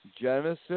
Genesis